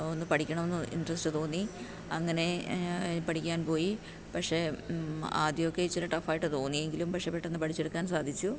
ഒന്ന് പഠിക്കണമെണ് ഇൻട്രസ്റ്റ് തോന്നി അങ്ങനെ പഠിക്കാൻ പോയി പക്ഷേ ആദ്യമൊക്കെ ഇച്ചിരി ടഫായിട്ട് തോന്നിയെങ്കിലും പക്ഷേ പെട്ടന്ന് പഠിച്ചെടുക്കാൻ സാധിച്ചു